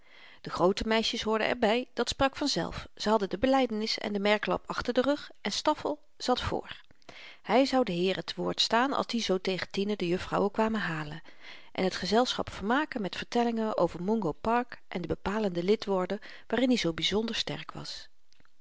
de groote meisjes hoorden er by dat sprak vanzelf ze hadden de belydenis en den merklap achter den rug en stoffel zat voor hy zou de heeren te woord staan als die zoo tegen tienen de juffrouwen kwamen halen en t gezelschap vermaken met vertellingen over mungo park en de bepalende lidwoorden waarin i zoo byzonder sterk was